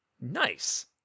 nice